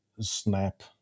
snap